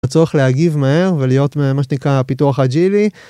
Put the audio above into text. הצורך להגיב מהר, ולהיות, מה שנקרא, הפיתוח האג'ילי.